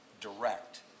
direct